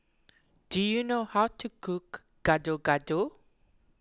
do you know how to cook Gado Gado